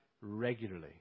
regularly